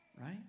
right